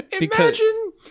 imagine